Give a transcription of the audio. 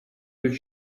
with